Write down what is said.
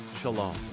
shalom